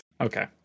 Okay